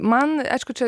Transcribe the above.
ir man aišku čia